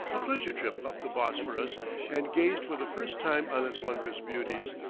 a pleasure trip up the bosphorus and gazed for the first time on its wondrous beauties.